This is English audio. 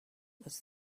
was